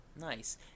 Nice